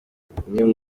abasirikare